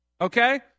Okay